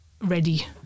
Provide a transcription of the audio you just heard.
ready